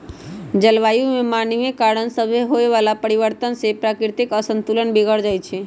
जलवायु में मानवीय कारण सभसे होए वला परिवर्तन से प्राकृतिक असंतुलन बिगर जाइ छइ